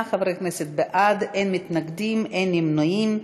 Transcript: שמונה חברי כנסת בעד, אין מתנגדים, אין נמנעים.